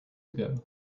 ago